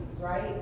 right